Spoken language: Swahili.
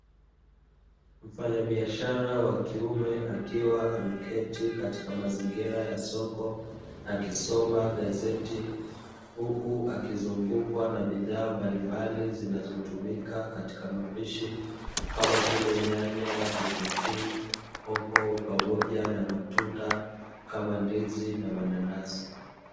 Mfanya biashara wa kiume akiwa ameketi katika mazingira ya soko, akisoma gazeti huku akizungukwa na bidhaa mbalimbali zinazotumika katika mapishi kama vile nyanya, vitunguu, hoho pamoja na matunda kama ndizi na mananasi.